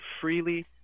freely